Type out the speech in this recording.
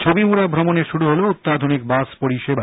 ছবিমুডা ভ্রমণে শুরু হল অত্যাধুনিক বাস পরিষেবা